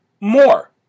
more